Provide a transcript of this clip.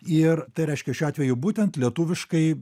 ir tai reiškia šiuo atveju būtent lietuviškai